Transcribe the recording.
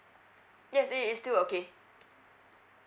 yes it is still okay